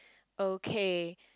okay